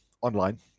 online